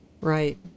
Right